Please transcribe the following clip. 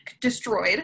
destroyed